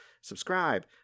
Subscribe